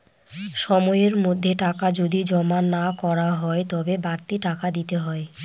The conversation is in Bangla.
সময়ের মধ্যে টাকা যদি জমা না করা হয় তবে বাড়তি টাকা দিতে হয়